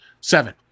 seven